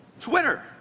Twitter